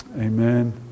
Amen